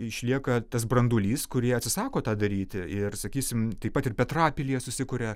išlieka tas branduolys kurie atsisako tą daryti ir sakysim taip pat ir petrapilyje susikuria